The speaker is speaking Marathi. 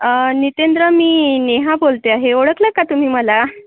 नीतेंद्र मी नेहा बोलते आहे ओळखलं का तुम्ही मला